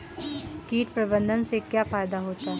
कीट प्रबंधन से क्या फायदा होता है?